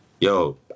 Yo